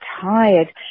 tired